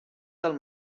del